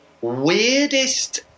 weirdest